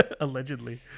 allegedly